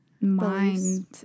mind